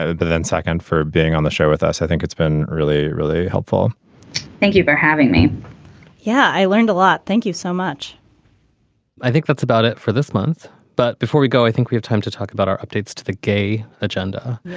ah but then second for being on the show with us. i think it's been really really helpful thank you for having me yeah. i learned a lot thank you so much i think that's about it for this month but before we go i think we have time to talk about our updates to the gay agenda.